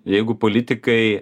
jeigu politikai